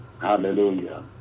Hallelujah